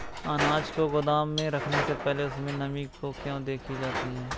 अनाज को गोदाम में रखने से पहले उसमें नमी को क्यो देखी जाती है?